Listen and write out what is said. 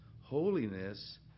holiness